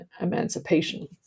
emancipation